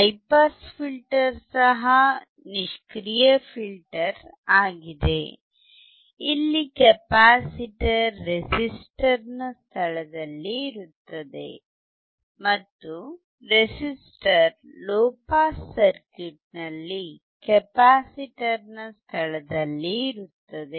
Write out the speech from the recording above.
high pass filter ಸಹ ನಿಷ್ಕ್ರಿಯ filter ಆಗಿದೆ ಇಲ್ಲಿ ಕೆಪಾಸಿಟರ್ ರೆಸಿಸ್ಟರ್ ನ ಸ್ಥಳದಲ್ಲಿ ಇರುತ್ತದೆ ಮತ್ತು ರೆಸಿಸ್ಟರ್ ಲೊ ಪಾಸ್ ಸರ್ಕ್ಯೂಟ್ ನಲ್ಲಿ ಕೆಪಾಸಿಟರ್ ನ ಸ್ಥಳದಲ್ಲಿ ಇರುತ್ತದೆ